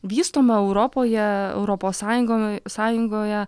vystoma europoje europos sąjungoj sąjungoje